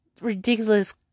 ridiculous